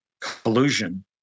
collusion